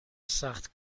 سخت